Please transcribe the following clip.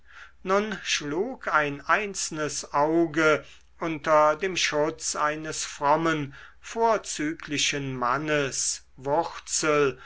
nun schlug ein einzelnes auge unter dem schutz eines frommen vorzüglichen mannes